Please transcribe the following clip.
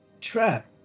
Trap